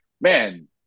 man